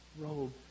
robe